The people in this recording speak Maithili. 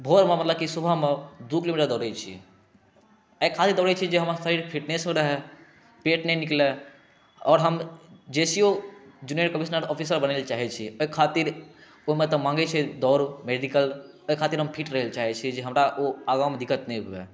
भोर मे मतलब की सुबह मे दू किलोमीटर दौड़ै छी एहि खातिर दौड़ै छी जे हमर शरीर फिटनेसो रहय पेट नहि निकलए आओर हम J C O junior commissioner officer बनय लए चाहै छी एहि खातिर ओहिमे तऽ मँगै छै दौड़ मेडिकल ओहि खातिर हम फिट रहै लए चाहे छी जे हमरा ओ आगाँ मे दिक्कत नहि हुए